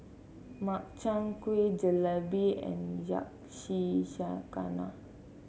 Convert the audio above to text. Makchang Gui Jalebi and Yakizakana